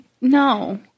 No